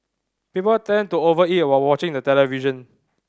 people tend to over eat while watching the television